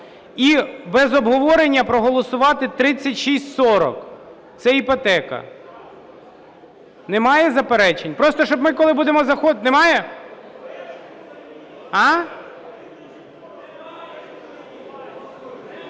і без обговорення проголосувати 3640 (це іпотека). Немає заперечень? Просто, щоб ми коли будемо заходити… Немає?